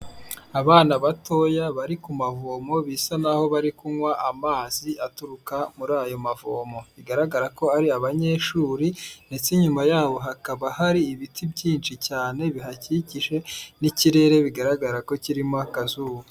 Abana batoya bari ku mavomo bisa naho bari kunywa amazi aturuka muri ayo mavomo, bigaragara ko ari abanyeshuri ndetse inyuma yabo hakaba hari ibiti byinshi cyane bihakikije n'ikirere bigaragara ko kirimo akazuba.